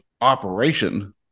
operation